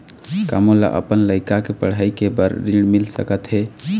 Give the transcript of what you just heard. का मोला अपन लइका के पढ़ई के बर ऋण मिल सकत हे?